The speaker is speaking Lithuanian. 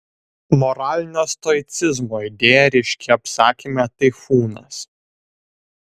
moralinio stoicizmo idėja ryški apsakyme taifūnas